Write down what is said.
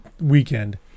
weekend